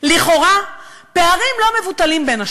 לכאורה פערים לא מבוטלים בין השניים,